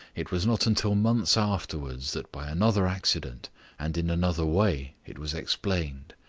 it was not until months afterwards that by another accident and in another way it was explained.